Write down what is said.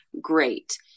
great